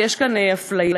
ויש כאן אפליה.